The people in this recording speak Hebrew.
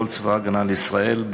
לכל צבא הגנה לישראל,